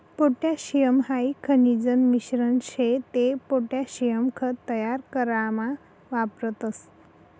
potassium हाई खनिजन मिश्रण शे ते पोटॅशियम खत तयार करामा वापरतस